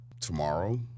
tomorrow